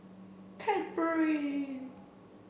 Cadbury